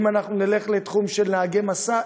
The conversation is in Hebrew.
אם אנחנו נלך לתחום של נהגי משא,